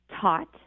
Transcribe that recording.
taught